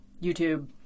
YouTube